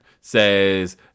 says